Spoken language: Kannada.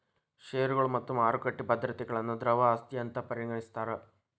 ಷೇರುಗಳು ಮತ್ತ ಮಾರುಕಟ್ಟಿ ಭದ್ರತೆಗಳನ್ನ ದ್ರವ ಆಸ್ತಿ ಅಂತ್ ಪರಿಗಣಿಸ್ತಾರ್